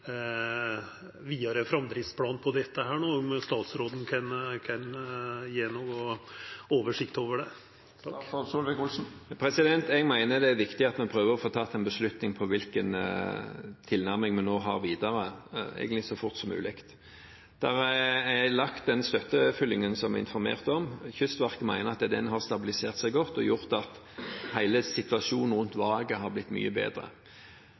vidare framdriftsplan for dette, om statsråden kan gje noka oversikt over det. Jeg mener det er viktig at vi prøver å få tatt en beslutning om hvilken tilnærming vi skal ha videre – egentlig så fort som mulig. Det er laget en støttefylling, som informert om. Kystverket mener at den har stabilisert seg godt og gjort at hele situasjonen rundt vraket har blitt